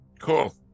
Cool